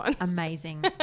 amazing